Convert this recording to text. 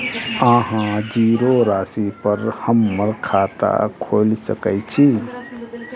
अहाँ जीरो राशि पर हम्मर खाता खोइल सकै छी?